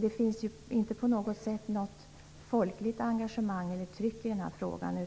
Det finns ju inte något engagemang eller tryck i frågan,